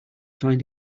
find